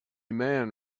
man